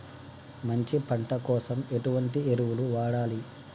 మంచి పంట కోసం ఎటువంటి ఎరువులు వాడాలి?